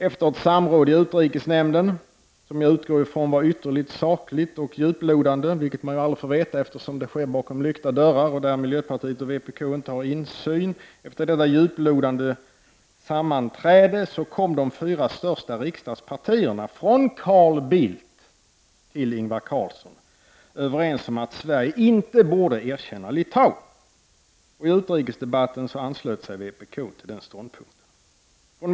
Efter samråd i utrikesnämnden — vilket samråd jag utgår från var ytterligt sakligt och djuplodande, något man ju aldrig får veta eftersom sammanträdet sker bakom lyckta dörrar och där miljöpartiet och vpk inte har insyn — kom de fyra största riksdagspartierna, från Carl Bildts till Ingvar Carlssons, överens om att Sverige inte borde erkänna Litauen; i utrikesdebatten anslöt sig vpk till den ståndpunkten.